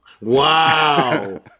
Wow